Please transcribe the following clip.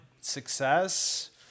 success